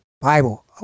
Bible